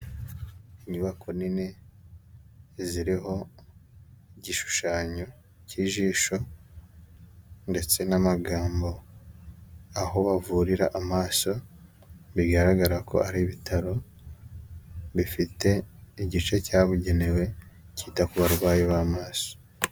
Inyubako nini ziriho igishushanyo cy'ijisho ndetse n'amagambo, aho bavurira amaso bigaragara ko ari ibitaro bifite igice cyabugenewe cyita ku barwayi b'amaso.